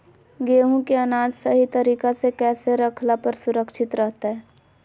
गेहूं के अनाज सही तरीका से कैसे रखला पर सुरक्षित रहतय?